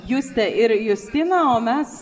juste ir justina o mes